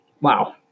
Wow